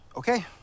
Okay